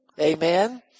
Amen